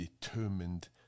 determined